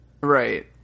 Right